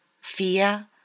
fear